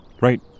Right